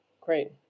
Great